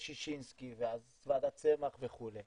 ששינסקי ואז ועדת צמח וכו'.